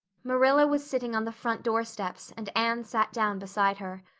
marilla was sitting on the front door-steps and anne sat down beside her.